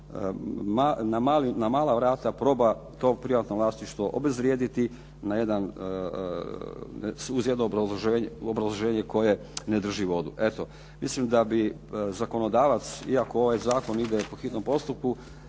na mala vrata proba to privatno vlasništvo obezvrijediti na jedan uz jedno obrazloženje koje ne drži vodu. Eto, mislim da bi zakonodavac iako ovaj zakon ide po hitnom postupku,